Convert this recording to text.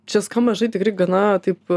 čia skamba žinai tikrai gana taip